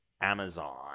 Amazon